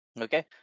Okay